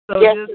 Yes